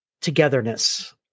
Togetherness